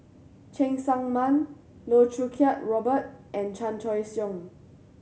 Cheng Tsang Man Loh Choo Kiat Robert and Chan Choy Siong